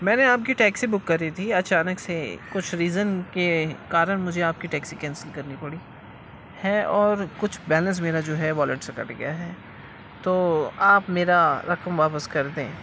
میں نے آپ کی ٹیکسی بک کری تھی اچانک سے کچھ ریزن کے کارن مجھے آپ کی ٹیکسی کینسل کرنی پڑی ہے اور کچھ بیلنس میرا جو ہے والٹ سے کٹ گیا ہے تو آپ میرا رقم واپس کر دیں